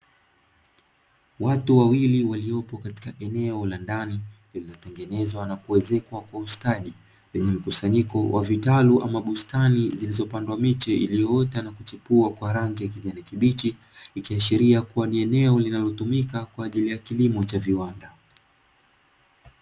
Watu wawili waliopo katika eneo la ndani lililotengenezwa na kuezekwa kwa ustadi lenye mkusanyiko wa vitalu ama bustani zilizo pandwa miche iliyo ota na kuchipua kwa rangi ya kijani kibichi ikiashiriakua ni eneo linalotumika kwaajili ya kilimo cha viwanda.